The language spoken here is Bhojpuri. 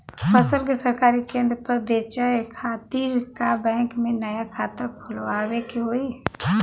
फसल के सरकारी केंद्र पर बेचय खातिर का बैंक में नया खाता खोलवावे के होई?